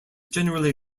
generally